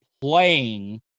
playing